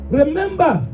remember